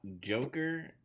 Joker